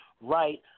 Right